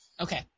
Okay